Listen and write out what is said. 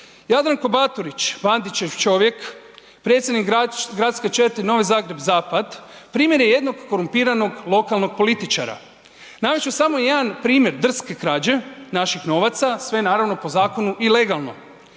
Jadranko Baturić Bandićev čovjek, predsjednik Gradske četvrti Novi Zagreb – zapad, primjer je jednog korumpiranog lokalnog političara. Navesti ću samo jedan primjer drske krađe naših novaca, sve naravno po zakonu i legalno.